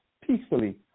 peacefully